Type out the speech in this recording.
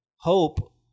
hope